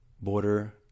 border